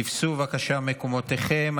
תפסו בבקשה את מקומותיכם.